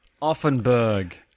Offenburg